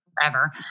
forever